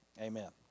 Amen